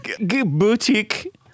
Boutique